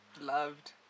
loved